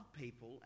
people